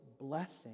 blessing